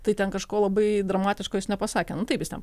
tai ten kažko labai dramatiško jis nepasakė nu taip jis ten